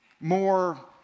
more